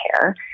care